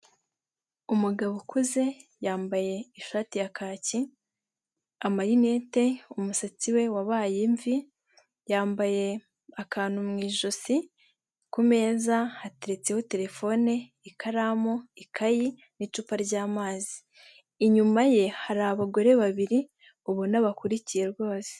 Umugabo ukuze yambaye ishati ya kaki amarinete, umusatsi we wabaye imvi yambaye akantu mu ijosi, ku meza hateretseho telefone ikaramu, ikayi, n'i icupa ry'amazi inyuma ye hari abagore babiri ubona bakurikiye rwose.